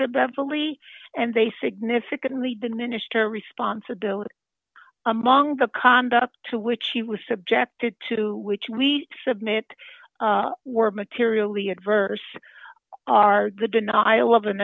to beverly and they significantly diminished her responsibility among the conduct to which she was subjected to which we submit were materially adverse are the denial of an